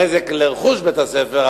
נזק לרכוש בית הספר,